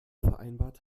vereinbart